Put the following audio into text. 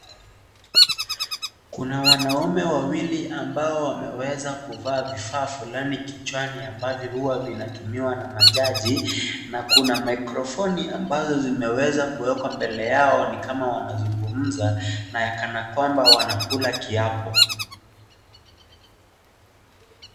Kuna wanaume wawili ambao wameweza kuvaa vifaa fulani kichwani ambavyo huwa vinatumiwa na majaji na kuna maikrofoni ambazo zimeweza kuwekwa mbele yao ni kama wanazungumza na kanakwamba wanakula kiapo.